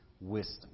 wisdom